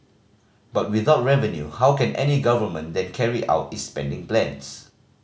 but without revenue how can any government then carry out its spending plans